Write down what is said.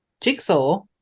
Jigsaw